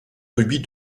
rubis